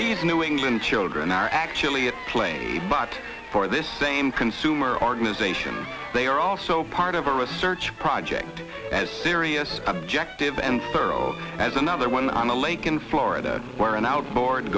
these new england children are actually at play but for this same consumer organization they are also part of a research project as serious objective and thorough as another one on a lake in florida where an outboard